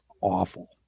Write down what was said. awful